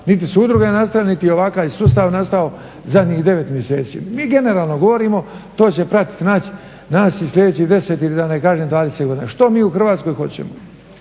niti su udruge nastale, niti je ovakav sustav nastao zadnjih 9 mjeseci. Mi generalno govorimo, to će pratiti nas i slijedećih 10 ili da ne kažem 20 godina. Što mi u Hrvatskoj hoćemo?